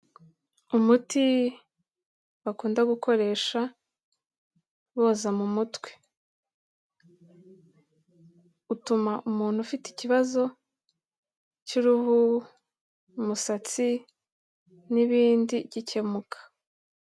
Umuti bakunda gukoresha boza mu mutwe. Utuma umuntu ufite ikibazo cy'uruhu, umusatsi n'ibindi gikemuka.